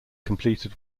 completed